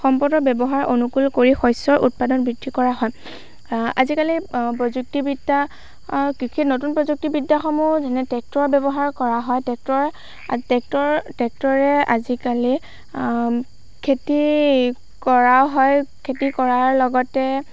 সম্পদৰ ব্যৱহাৰ অনুকূল কৰি শস্যৰ উৎপাদন বৃদ্ধি কৰা হয় আজিকালি প্ৰযুক্তিবিদ্যা কৃষি নতুন প্ৰযুক্তিবিদ্যাসমূহ যেনে ট্ৰেক্টৰ ব্যৱহাৰ কৰা হয় ট্ৰেক্টৰ ট্ৰেক্টৰ ট্ৰেক্টৰে আজিকালি খেতি কৰাও হয় খেতি কৰাৰ লগতে